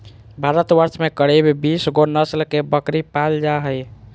भारतवर्ष में करीब बीस गो नस्ल के बकरी पाल जा हइ